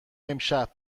امشب